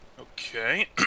Okay